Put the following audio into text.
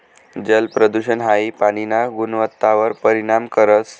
जलप्रदूषण हाई पाणीना गुणवत्तावर परिणाम करस